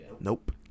Nope